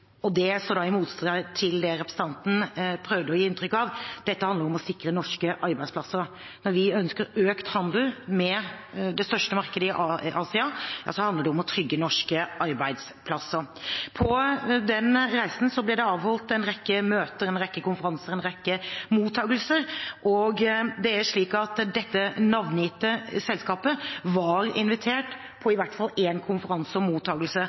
og det står da i motstrid til det representanten prøvde å gi inntrykk av – dette handler om å sikre norske arbeidsplasser. Når vi ønsker økt handel med det største markedet i Asia, handler det om å trygge norske arbeidsplasser. På den reisen ble det avholdt en rekke møter, en rekke konferanser og en rekke mottagelser, og dette navngitte selskapet var invitert til i hvert fall én konferanse og